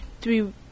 three